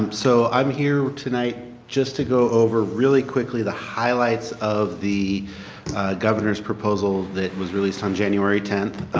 um so i am here tonight just to go over really quickly the highlights of the governor's proposal that was released on january tenth.